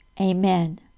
Amen